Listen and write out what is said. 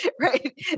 right